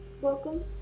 welcome